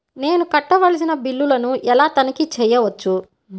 నేను కట్టవలసిన బిల్లులను ఎలా తనిఖీ చెయ్యవచ్చు?